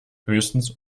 höchstens